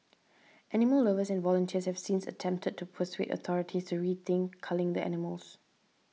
animal lovers and volunteers have since attempted to persuade authorities to rethink culling the animals